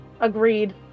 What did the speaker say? Agreed